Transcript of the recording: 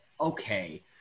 okay